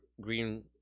green